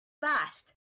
fast